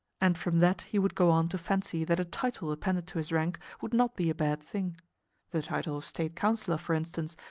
and from that he would go on to fancy that a title appended to his rank would not be a bad thing the title of state councillor, for instance,